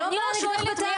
אני לא באה נגדך בטענות.